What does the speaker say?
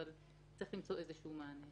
אבל צריך למצוא איזה מענה.